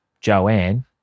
Joanne